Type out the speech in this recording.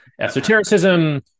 esotericism